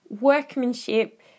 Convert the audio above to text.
workmanship